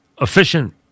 efficient